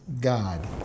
God